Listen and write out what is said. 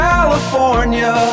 California